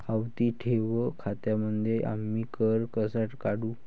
आवर्ती ठेव खात्यांमध्ये आम्ही कर कसा काढू?